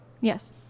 yes